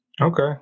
Okay